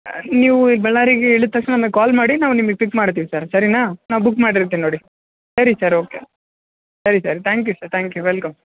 ನೀವೂ ಈಗ ಬಳ್ಳಾರಿಗೆ ಇಳ್ದ ತಕ್ಷಣ ನನಗೆ ಕಾಲ್ ಮಾಡಿ ನಾವು ನಿಮಿಗೆ ಪಿಕ್ ಮಾಡ್ತೀವಿ ಸರ್ ಸರಿನಾ ನಾ ಬುಕ್ ಮಾಡಿ ಇರ್ತಿನಿ ನೋಡಿ ಸರಿ ಸರ್ ಓಕೆ ಸರಿ sir thank you sir thank you welcome